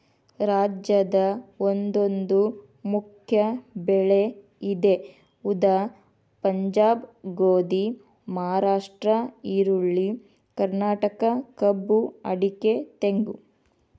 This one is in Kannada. ರಾಜ್ಯದ ಒಂದೊಂದು ಮುಖ್ಯ ಬೆಳೆ ಇದೆ ಉದಾ ಪಂಜಾಬ್ ಗೋಧಿ, ಮಹಾರಾಷ್ಟ್ರ ಈರುಳ್ಳಿ, ಕರ್ನಾಟಕ ಕಬ್ಬು ಅಡಿಕೆ ತೆಂಗು